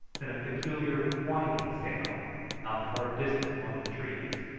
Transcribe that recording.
then a peculiar whining sound not far distant among the trees.